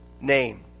name